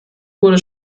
wurde